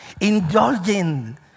Indulging